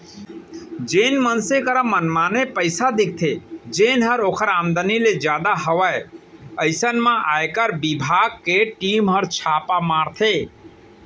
जेन मनसे करा मनमाने पइसा दिखथे जेनहर ओकर आमदनी ले जादा हवय अइसन म आयकर बिभाग के टीम हर छापा मारथे